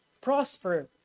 prosper